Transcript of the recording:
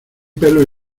pelos